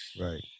Right